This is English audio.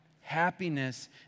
Happiness